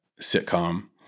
sitcom